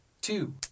two